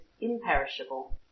imperishable